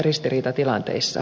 ristiriitatilanteissa